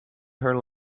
her